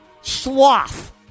sloth